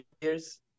years